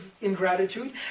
ingratitude